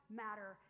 matter